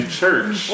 church